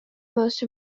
most